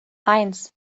eins